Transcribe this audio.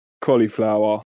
cauliflower